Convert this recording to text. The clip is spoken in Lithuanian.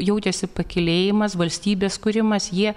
jautėsi pakylėjimas valstybės kūrimas jie